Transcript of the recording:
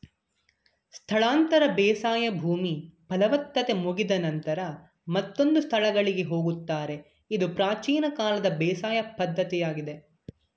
ಸ್ಥಳಾಂತರ ಬೇಸಾಯ ಭೂಮಿ ಫಲವತ್ತತೆ ಮುಗಿದ ನಂತರ ಮತ್ತೊಂದು ಸ್ಥಳಗಳಿಗೆ ಹೋಗುತ್ತಾರೆ ಇದು ಪ್ರಾಚೀನ ಕಾಲದ ಬೇಸಾಯ ಪದ್ಧತಿಯಾಗಿದೆ